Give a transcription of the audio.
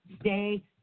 stay